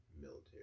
military